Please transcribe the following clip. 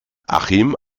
achim